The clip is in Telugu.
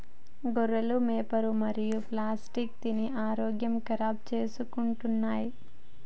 గొర్రెలు పేపరు మరియు ప్లాస్టిక్ తిని ఆరోగ్యం ఖరాబ్ చేసుకుంటున్నయ్